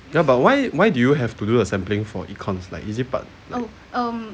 mm ya but why why do you have to do the sampling for econs like is it part